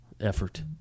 effort